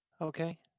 Okay